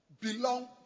belong